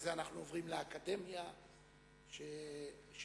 אחרי זה אנחנו עוברים לאקדמיה של בר-אילן.